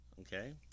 Okay